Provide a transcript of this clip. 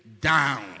down